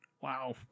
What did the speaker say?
Wow